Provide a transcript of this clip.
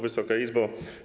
Wysoka Izbo!